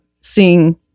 seeing